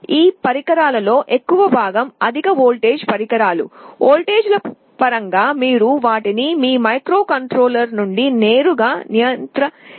ఈ పరికరాల్లో ఎక్కువ భాగం అధిక వోల్టేజ్ పరికరాలు వోల్టేజ్ల పరంగా మీరు వాటిని మీ మైక్రోకంట్రోలర్ నుండి నేరుగా నియంత్రించలేరు